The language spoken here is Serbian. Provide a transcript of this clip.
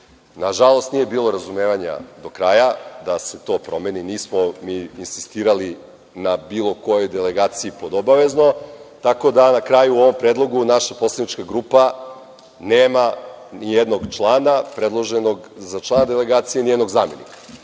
jezika. Nažalost, nije bilo razumevanja do kraja da se to promeni. Nismo mi insistirali na bilo kojoj delegaciji pod obavezno, tako da na kraju u ovom predlogu naša poslanička grupa nema ni jednog člana predloženog za člana delegacije, ni jednog zamenika. Mislim